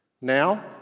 Now